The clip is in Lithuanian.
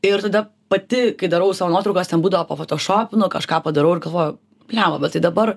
ir tada pati kai darau savo nuotraukas ten būdavo pofotošopinu kažką padarau ir galvoju blemba bet tai dabar